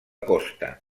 costa